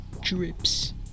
drips